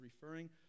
referring